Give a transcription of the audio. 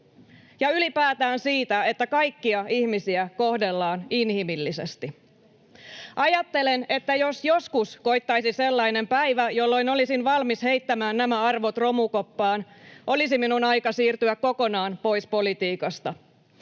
ja ylipäätään siitä, että kaikkia ihmisiä kohdellaan inhimillisesti. Ajattelen, että jos joskus koittaisi sellainen päivä, jolloin olisin valmis heittämään nämä arvot romukoppaan, olisi minun aika siirtyä kokonaan pois politiikasta.